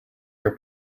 your